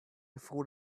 before